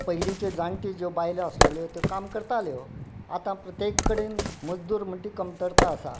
पयलीचे जाण्टी ज्यो बायल्यो आसलेल्यो त्यो काम करताल्यो आतां प्रत्येक कडेन मजदूर म्हणटी कमतरता आसा